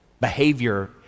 behavior